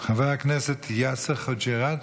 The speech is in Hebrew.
חבר הכנסת יאסר חוג'יראת,